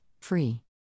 free